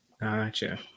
Gotcha